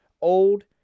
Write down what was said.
old